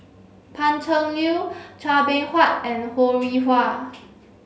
Pan Cheng Lui Chua Beng Huat and Ho Rih Hwa